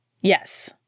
Yes